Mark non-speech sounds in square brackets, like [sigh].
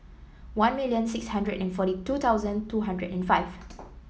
one million six hundred and forty two thousand two hundred and five [noise]